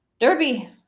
Derby